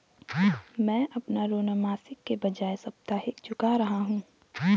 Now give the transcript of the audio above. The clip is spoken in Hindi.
मैं अपना ऋण मासिक के बजाय साप्ताहिक चुका रहा हूँ